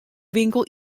winkel